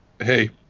Hey